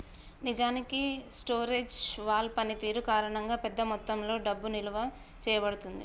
నిజానికి storage wall పనితీరు కారణంగా పెద్ద మొత్తంలో డబ్బు నిలువ చేయబడుతుంది